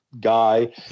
guy